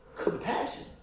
Compassion